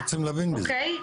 אוקי,